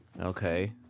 Okay